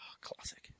Classic